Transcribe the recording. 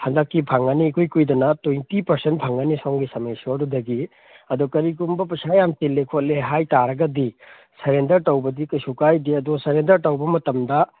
ꯍꯟꯗꯛꯀꯤ ꯐꯪꯉꯥꯅꯤ ꯏꯀꯨꯏ ꯀꯨꯏꯗꯅ ꯇ꯭ꯋꯦꯟꯇꯤ ꯄꯔꯁꯦꯟ ꯐꯪꯒꯅꯤ ꯁꯣꯝꯒꯤ ꯁꯃꯦꯁꯣꯔꯗꯨꯗꯒꯤ ꯑꯗꯣ ꯀꯔꯤꯒꯨꯝꯕ ꯄꯩꯁꯥ ꯌꯥꯝ ꯆꯤꯟꯜꯂꯦ ꯈꯣꯠꯂꯦ ꯍꯥꯏꯕ ꯇꯥꯔꯒꯗꯤ ꯁꯔꯦꯟꯗꯔ ꯇꯧꯕꯗꯤ ꯀꯩꯁꯨ ꯀꯥꯏꯗꯦ ꯑꯗꯣ ꯁꯔꯦꯟꯗꯔ ꯇꯧꯕ ꯃꯇꯝꯗ